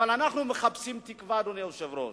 אבל אנחנו מחפשים תקווה, אדוני היושב-ראש.